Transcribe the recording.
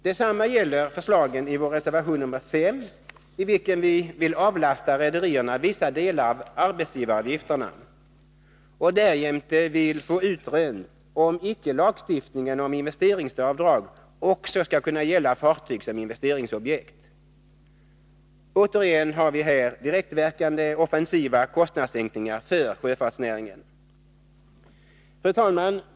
Detsamma gäller förslagen i vår reservation nr 5, i vilken vi vill avlasta rederierna vissa delar av arbetsgivaravgifterna och därjämte vill få utrönt om icke lagstiftningen om investeringsavdrag också skall kunna gälla fartyg som investeringsobjekt. Återigen har vi här direktverkande offensiva kostnadssänkningar för sjöfartsnäringen. Fru talman!